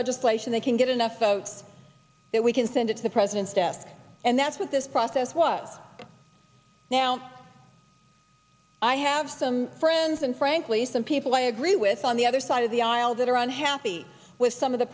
legislation that can get enough votes that we can send it to the president's desk and that's what this process was now i have i'm friends and frankly some people i agree with on the other side of the aisle that are on happy with some of the